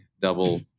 double